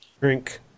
Drink